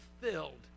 filled